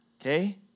Okay